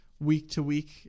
week-to-week